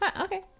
Okay